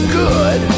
good